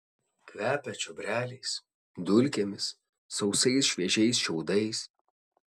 kvepia čiobreliais dulkėmis sausais šviežiais šiaudais